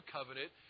Covenant